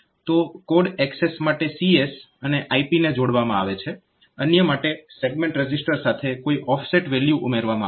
તો code access માટે CS અને IP ને જોડવામાં આવે છે અન્ય માટે સેગમેન્ટ રજીસ્ટર સાથે કોઈ ઓફસેટ વેલ્યુ ઉમેરવામાં આવે છે